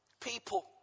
people